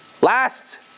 last